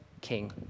King